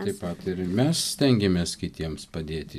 taip pat ir mes stengiamės kitiems padėti